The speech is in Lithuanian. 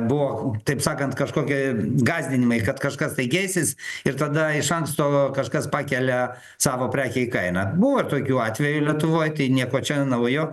buvo taip sakant kažkokie gąsdinimai kad kažkas tai keisis ir tada iš anksto kažkas pakelia savo prekei kainą buvo ir tokių atvejų lietuvoj tai nieko čia naujo